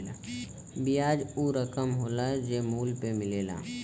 बियाज ऊ रकम होला जे मूल पे मिलेला